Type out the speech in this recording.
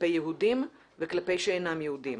כלפי יהודים וכלפי שאינם יהודים,